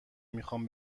میخوام